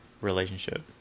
relationship